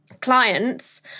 clients